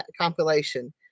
compilation